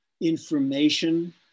information